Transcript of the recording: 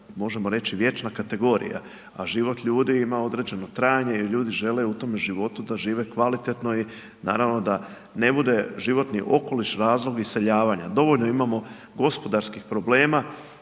možemo reći vječna kategorija, a život ljudi ima određeno trajanje i ljudi žele u tome životu da žive kvalitetno i da naravno da ne bude životni okoliš razlog iseljavanja. Dovoljno imamo gospodarskih problema